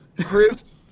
Chris